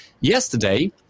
yesterday